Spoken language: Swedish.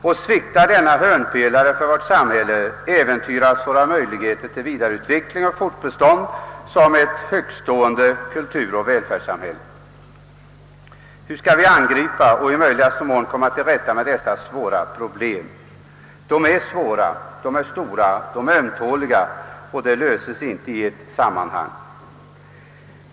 Om denna hörnpelare för vårt samhälle sviktar, äventyras våra möjligheter till vidareutveckling och fortbestånd som ett högtstående kulturoch välfärdssamhälle. Hur skall vi angripa och i möjligaste mån komma till rätta med dessa problem? De är svåra, de är stora, de är ömtåliga och de löses inte i ett sammanhang.